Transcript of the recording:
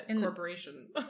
corporation